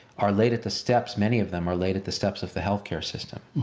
are laid at the steps, many of them are laid at the steps of the healthcare system.